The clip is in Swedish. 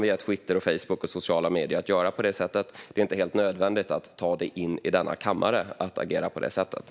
Det har vuxit fram via Twitter, Facebook och sociala medier att göra på det sättet; det är inte helt nödvändigt att ta det agerandet in i denna kammare.